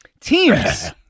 Teams